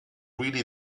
really